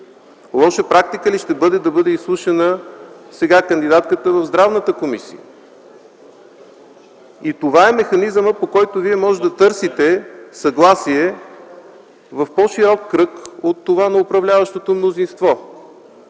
Лоша практика ли ще бъде да бъде изслушана сега кандидатката в Здравната комисия? Това е механизмът, по който вие можете да търсите съгласие в по-широк кръг от това на управляващото мнозинство.